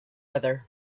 other